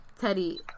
Teddy